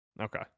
Okay